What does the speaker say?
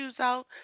out